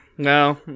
No